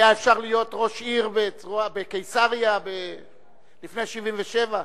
היה אפשר להיות ראש עיר בקיסריה לפני 77'?